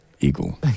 eagle